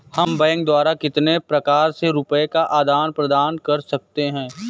हम बैंक द्वारा कितने प्रकार से रुपये का आदान प्रदान कर सकते हैं?